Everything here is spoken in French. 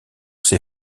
ses